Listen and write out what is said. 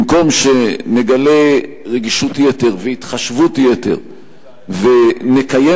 במקום שנגלה רגישות יתר והתחשבות יתר ונקיים